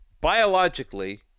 biologically